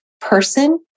person